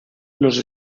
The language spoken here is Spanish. los